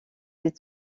des